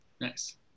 Nice